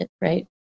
right